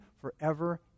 forever